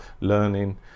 learning